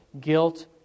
guilt